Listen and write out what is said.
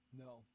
No